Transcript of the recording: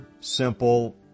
simple